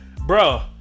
bro